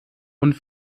und